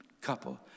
couple